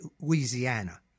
Louisiana